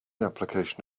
application